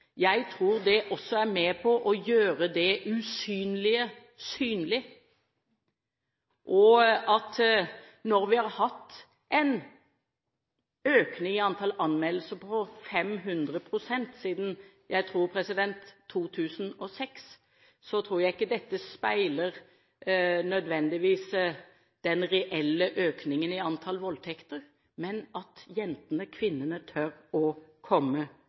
Jeg tror det er med på å gjøre det usynlige synlig, og at når vi har hatt en økning i antall anmeldelser på 500 pst. siden 2006, tror jeg ikke det nødvendigvis speiler den reelle økningen i antall voldtekter, men at jentene/kvinnene tør å komme